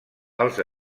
els